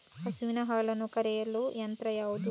ಹಸುವಿನ ಹಾಲನ್ನು ಕರೆಯುವ ಯಂತ್ರ ಯಾವುದು?